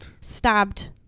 stabbed